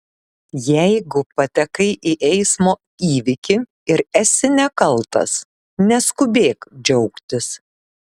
jeigu patekai į eismo įvykį ir esi nekaltas neskubėk džiaugtis